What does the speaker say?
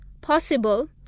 Possible